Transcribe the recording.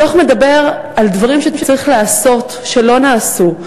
הדוח מדבר על דברים שצריך לעשות שלא נעשו.